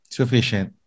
sufficient